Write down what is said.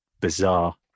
bizarre